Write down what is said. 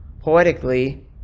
poetically